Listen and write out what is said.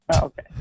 Okay